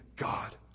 God